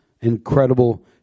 incredible